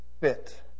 Fit